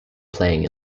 playing